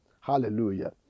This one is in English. Hallelujah